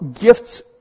gifts